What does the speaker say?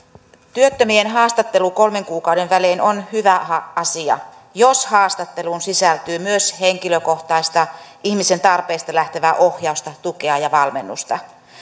työttömien haastattelu kolmen kuukauden välein on hyvä asia jos haastatteluun sisältyy myös henkilökohtaista ihmisen tarpeista lähtevää ohjausta tukea ja valmennusta